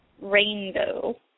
rainbow